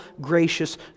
gracious